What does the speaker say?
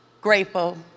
grateful